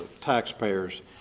taxpayers